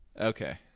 Okay